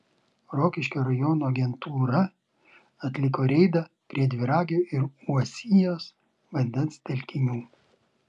rokiškio rajono agentūra atliko reidą prie dviragio ir uosijos vandens telkinių